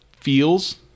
feels